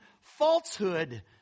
falsehood